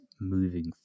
moving